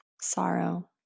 sorrow